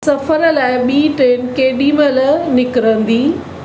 सफ़र लाइ ॿी ट्रेन केॾीमहिल निकिरंदी